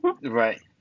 Right